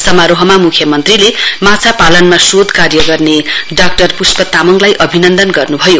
समारोहमा मुख्यमन्त्रीले माछापालनमा शोध कार्य गर्ने डाक्टर पुष्प तामाङलाई अभिनन्दन गर्न् भयो